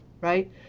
right